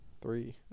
Three